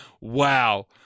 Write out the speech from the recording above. Wow